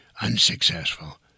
unsuccessful